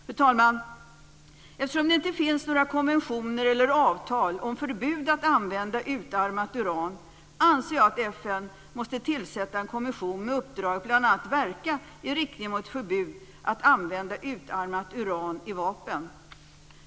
Fru talman! Eftersom det inte finns några konventioner eller avtal om förbud mot användning av utarmat uran, anser jag att FN måste tillsätta en kommission med uppdrag att bl.a. verka för ett förbud mot att använda utarmat uran i vapen.